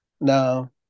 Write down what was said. Now